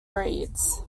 breeds